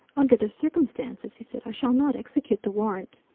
under the circumstances, he said, i shall not execute the warrant.